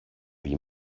wie